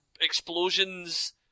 explosions